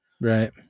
Right